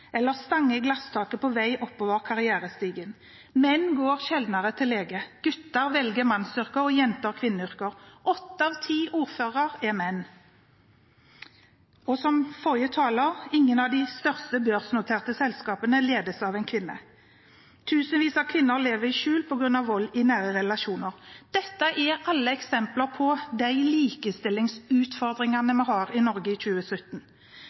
eller stanger i glasstaket på vei oppover karrierestigen. Menn går sjeldnere til lege. Gutter velger mannsyrker og jenter kvinneyrker. Åtte av ti ordførere er menn. Ingen av de største børsnoterte selskapene ledes av en kvinne. Tusenvis av kvinner lever i skjul på grunn av vold i nære relasjoner. Dette er eksempler på de likestillingsutfordringene vi har i Norge i 2017.